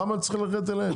למה הוא צריך להגיע אליהם?